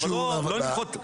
אבל לא לנחות.